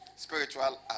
Spiritual